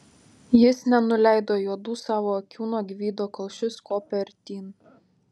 jis nenuleido juodų savo akių nuo gvido kol šis kopė artyn